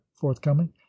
forthcoming